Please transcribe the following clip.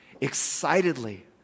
excitedly